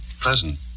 pleasant